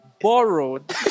Borrowed